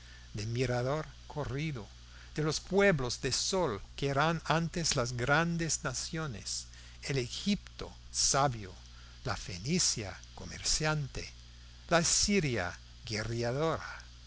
de mirador corrido de los pueblos de sol que eran antes las grandes naciones el egipto sabio la fenicia comerciante la asiria guerreadora